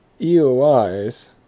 EOIs